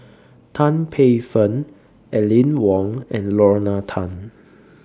Tan Paey Fern Aline Wong and Lorna Tan